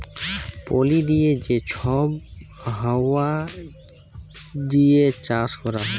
পলি দিঁয়ে যে ছব হাউয়া দিঁয়ে চাষ ক্যরা হ্যয়